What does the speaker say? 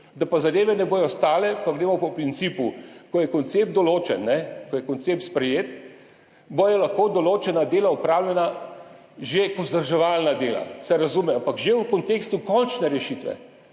Da zadeve ne bodo stale, pa gremo po principu, ko je koncept določen, ko je koncept sprejet, bodo lahko že določena vzdrževalna dela opravljena, se razume, ampak že v kontekstu končne rešitve,